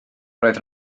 roedd